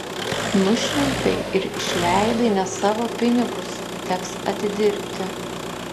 nušvilpei ir išleidai ne savo pinigus teks atidirbti